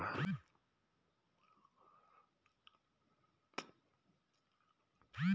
क्या मैं अपना यु.पी.आई दूसरे के फोन से चला सकता हूँ?